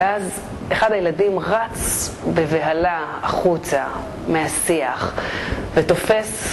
ואז אחד הילדים רץ בבהלה החוצה מהשיח ותופס